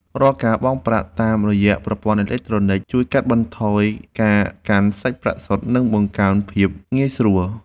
រាល់ការបង់ប្រាក់តាមរយៈប្រព័ន្ធអេឡិចត្រូនិកជួយកាត់បន្ថយការកាន់សាច់ប្រាក់សុទ្ធ និងបង្កើនភាពងាយស្រួល។